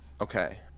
Okay